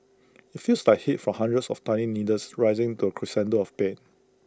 IT feels like heat for hundreds of tiny needles rising to crescendo of pain